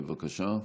בבקשה.